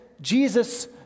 Jesus